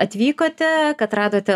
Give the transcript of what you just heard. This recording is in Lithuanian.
atvykote kad radote